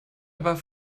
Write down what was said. aber